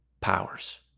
powers